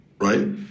right